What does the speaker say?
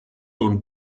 und